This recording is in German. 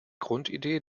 grundidee